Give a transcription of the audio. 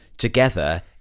together